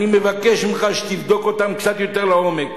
אני מבקש ממך שתבדוק אותם קצת יותר לעומק.